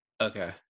Okay